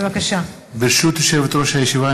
ברשות יושבת-ראש הישיבה,